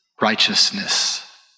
righteousness